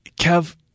Kev